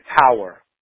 power